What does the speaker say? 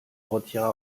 retira